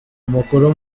umukuru